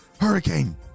hurricane